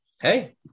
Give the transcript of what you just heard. Hey